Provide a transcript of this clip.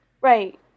Right